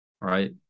right